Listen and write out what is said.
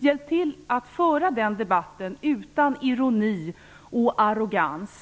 Hjälp till att föra den debatten utan ironi och arrogans!